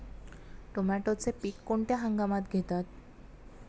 टोमॅटोचे पीक कोणत्या हंगामात घेतात?